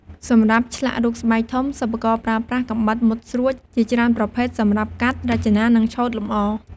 សម្រាប់ឆ្លាក់រូបស្បែកធំ សិប្បករប្រើប្រាស់កាំបិតមុតស្រួចជាច្រើនប្រភេទសម្រាប់កាត់ រចនា និងឆូតលម្អ។